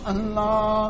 Allah